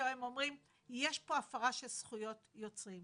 שהם אומרים יש פה הפרה של זכויות יוצרים.